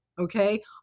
Okay